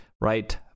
right